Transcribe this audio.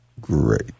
great